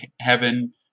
Heaven